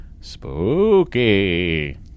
Spooky